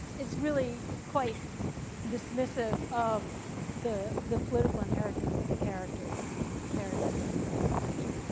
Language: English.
it's really quite dismissive of the the political inheritance that the character carries in her own representation.